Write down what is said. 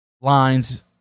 lines